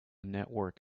network